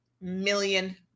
million